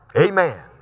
amen